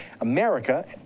america